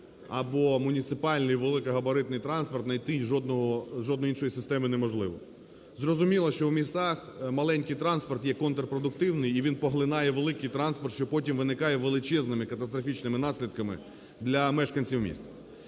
або муніципальний великий габаритний транспорт, знайти жодної іншої системи неможливо. Зрозуміло, що в містах маленький транспорт є контрпродуктивний і він поглинає великий транспорт, що потім виникає величезними катастрофічними наслідками для мешканців міста.